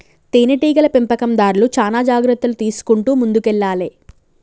తేనె టీగల పెంపకందార్లు చానా జాగ్రత్తలు తీసుకుంటూ ముందుకెల్లాలే